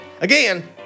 Again